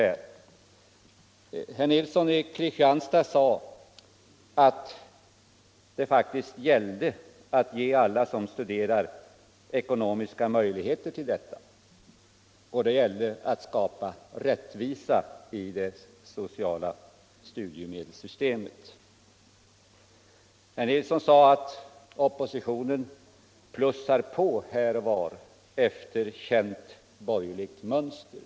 Herr Nilsson i Kristianstad sade att det faktiskt gällde att ge alla som studerar ekonomiska möjligheter till detta och skapa rättvisa i det sociala studiemedelssystemet. Han sade att oppositionen plussar på här och där efter känt borgerligt mönster.